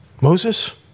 Moses